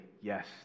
yes